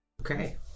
Okay